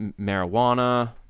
marijuana